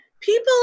People